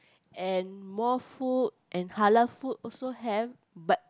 and more food and Halal food also have